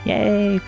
Yay